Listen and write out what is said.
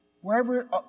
Wherever